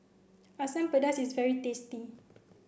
Asam Pedas is very tasty